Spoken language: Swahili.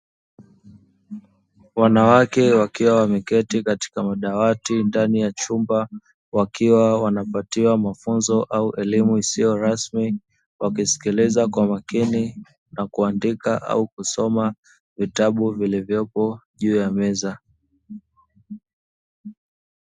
Wanawake wakiwa wameketi katika madawati ndani ya chumba wakiwa wanapatiwa mafunzo au elimu isiyo rasmi, wakisikiliza kwa makini na kuandika au kusoma vitabu vilivyopo juu ya meza